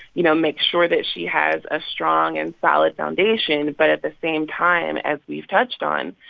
you know, make sure that she has a strong and solid foundation. but at the same time, as we've touched on,